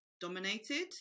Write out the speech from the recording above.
dominated